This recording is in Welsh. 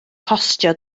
costio